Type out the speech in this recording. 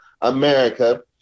America